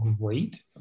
great